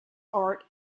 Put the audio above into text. art